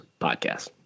podcast